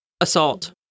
assault